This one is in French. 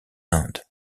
inde